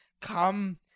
Come